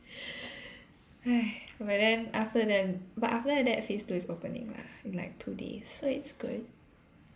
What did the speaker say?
but then after that but after that phase two is opening lah in like two days so it's good